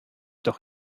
doch